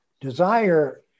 desire